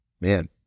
Man